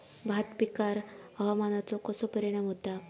भात पिकांर हवामानाचो कसो परिणाम होता?